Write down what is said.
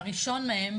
הראשון מהם,